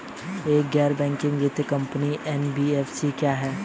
एक गैर बैंकिंग वित्तीय कंपनी एन.बी.एफ.सी क्या है?